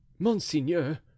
Monseigneur